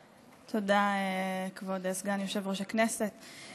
תודה, כבוד סגן יושב-ראש הכנסת.